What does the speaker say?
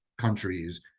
countries